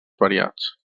variats